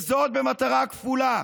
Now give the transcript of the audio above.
וזאת במטרה כפולה: